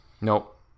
Nope